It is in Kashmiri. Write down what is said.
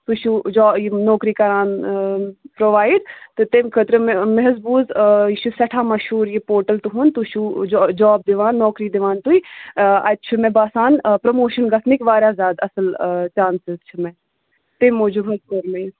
تُہۍ چھُو جا یہِ نوکری کران پرٛووایِڈ تہٕ تَمۍ خٲطرٕ مےٚ مےٚ حظ بوٗز یہِ چھِ سٮ۪ٹھاہ مشہوٗر یہِ پوٹَل تُہُنٛد تُہۍ چھُو جا جاب دِوان نوکری دِوان تُہۍ اَتہِ چھُ مےٚ باسان پرٛموشَن گژھنٕکۍ واریاہ زیادٕ اَصٕل چانسٕز چھِ مےٚ تَمۍ موٗجوٗب حظ کوٚر مےٚ یہِ